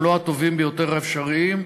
הם לא הטובים ביותר האפשריים.